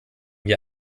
wir